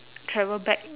travel back